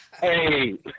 Hey